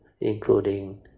including